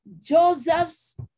Joseph's